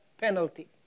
penalty